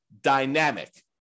dynamic